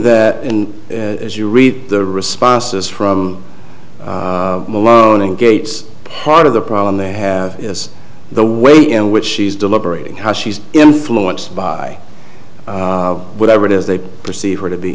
that as you read the responses from malone and gates part of the problem they have is the way in which she's deliberating how she's influenced by whatever it is they perceive her to be